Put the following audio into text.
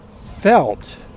felt